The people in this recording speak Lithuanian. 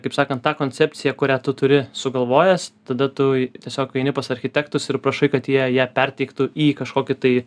kaip sakant tą koncepciją kurią tu turi sugalvojęs tada tu tiesiog eini pas architektus ir prašai kad jie ją perteiktų į kažkokį tai